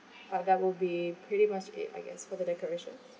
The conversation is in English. but that will be pretty much it I guess for the decorations